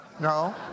No